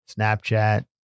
Snapchat